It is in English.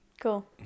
Cool